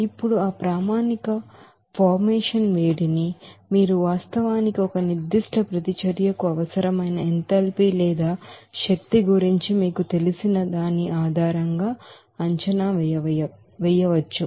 ఇప్పుడు ఈ standard heat of formation ని మీరు వాస్తవానికి ఒక నిర్ధిష్ట ప్రతిచర్యకు అవసరమైన ఎంథాల్పీ లేదా ఎనర్జీ గురించి మీకు తెలిసిన దాని ఆధారంగా అంచనా వేయవచ్చు